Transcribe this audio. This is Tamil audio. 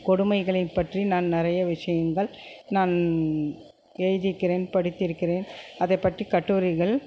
கொடுமைகளை பற்றி நான் நிறைய விஷயங்கள் நான் எழுதிக்கிறேன் படித்திருக்கிறேன் அதை பற்றி கட்டுரைகள்